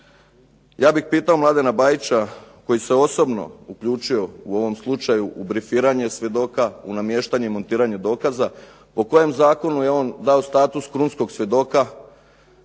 Ja bih pitao Mladena Bajića koji se osobno uključio u ovom slučaju u brifiranje svjedoka, u namještanje i montiranje dokaza, po kojem zakonu je on dao status krunskog svjedoka